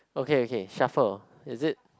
okay okay shuffle is it